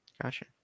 Gotcha